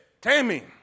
Tammy